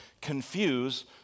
confuse